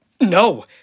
No